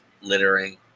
littering